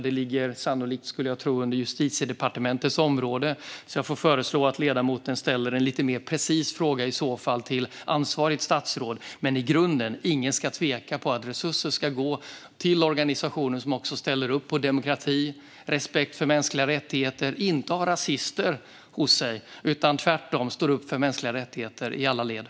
Det ligger sannolikt på Justitiedepartementets område, så jag får föreslå att ledamoten ställer en lite mer precis fråga till ansvarigt statsråd. Men i grunden ska det inte vara någon tvekan om att resurser ska gå till organisationer som ställer upp på demokrati och respekt för mänskliga rättigheter i alla led och inte har rasister hos sig.